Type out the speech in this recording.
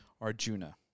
Arjuna